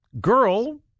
girl